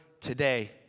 today